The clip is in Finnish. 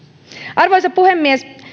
arvoisa puhemies